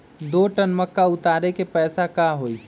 दो टन मक्का उतारे के पैसा का होई?